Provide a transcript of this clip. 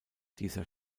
dieser